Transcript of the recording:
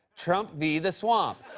trump v. the swamp.